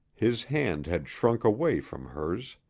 his hand had shrunk away from hers.